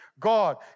God